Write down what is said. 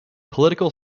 political